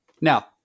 Now